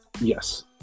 Yes